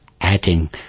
adding